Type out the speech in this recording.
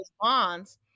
bonds